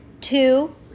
two